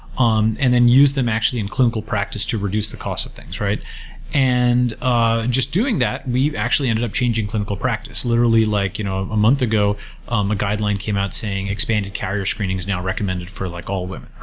um and then used them actually in clinical practice to reduce the cost of things. and and just doing that, we've actually ended up changing clinical practice. literally, like you know a month ago, um a guideline came out saying expanded carrier screening is now recommended for like all women.